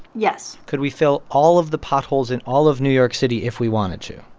yes could we fill all of the potholes in all of new york city if we wanted to?